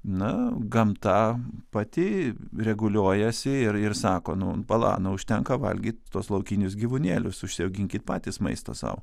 na gamta pati reguliuojasi ir ir sako nu pala nu užtenka valgyt tuos laukinius gyvūnėlius užsiauginkit patys maistą sau